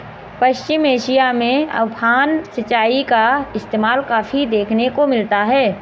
पश्चिम Asia में उफान सिंचाई का इस्तेमाल काफी देखने को मिलता है